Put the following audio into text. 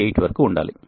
8 వరకు ఉండాలి